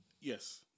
Yes